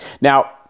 Now